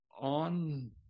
on